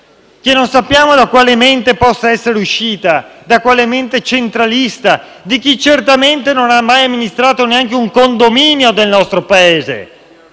che non sappiamo da quale mente possa essere uscita, dalla mente centralista di chi certamente non ha mai amministrato neanche un condominio del nostro Paese.